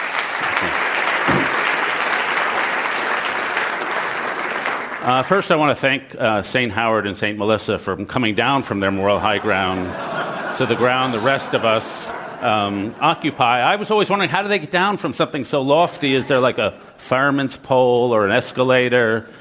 um first, i want to thank st. howard and st. melissa for coming down from their moral high ground to the ground the rest of us um occupy. i was always wondering how do they get down from something so lofty? is there like a fireman's pull or an escalator?